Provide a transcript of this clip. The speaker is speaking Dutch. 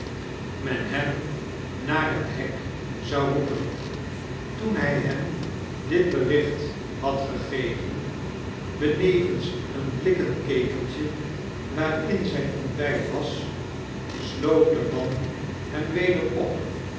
men hem naar het hek zou roepen toen hij hem dit bericht had gegeven benevens een blikken keteltje waarin zijn ontbijt was sloot de man hem weder op